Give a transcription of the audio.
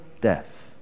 death